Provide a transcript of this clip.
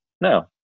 no